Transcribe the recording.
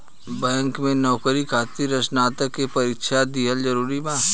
Bank में नौकरी खातिर स्नातक के परीक्षा दिहल जरूरी बा?